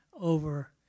over